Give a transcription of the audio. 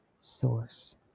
Source